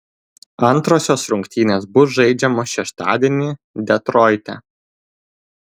antrosios rungtynės bus žaidžiamos šeštadienį detroite